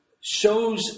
shows